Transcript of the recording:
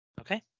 Okay